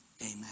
amen